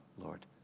Lord